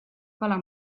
kala